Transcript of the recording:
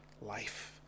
life